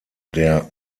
der